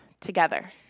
together